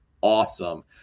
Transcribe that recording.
awesome